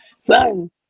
son